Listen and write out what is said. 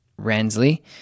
Ransley